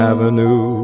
Avenue